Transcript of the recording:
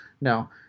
No